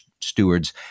stewards